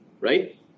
right